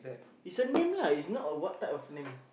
is a name lah is not a what type of name